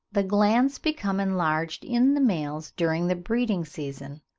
the glands become enlarged in the males during the breeding-season.